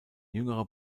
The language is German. jüngerer